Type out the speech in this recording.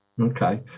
Okay